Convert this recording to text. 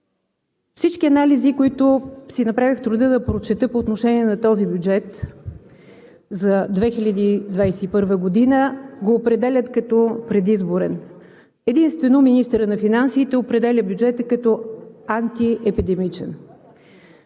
всички анализи, които си направих труда да прочета по отношение на този бюджет за 2021 г., го определят като предизборен. Единствено министърът на финансите определя бюджета като антиепидемичен.